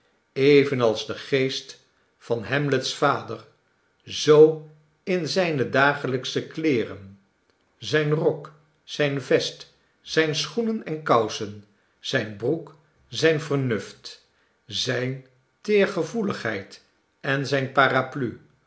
evenals de geest van hamlet's vader zoo in zijne dagelijksche kleeren zijn rok zijn vest zijne schoenen en kousen zijne broek zijn vernuft zijne teergevoeligheid en zijne paraplu